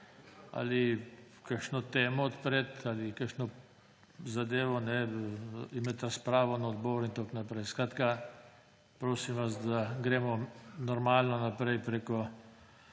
ali kakšno temo odpreti ali kakšno zadevo imeti razpravo na odboru in tako naprej. Skratka prosim vas, da gremo normalno naprej preko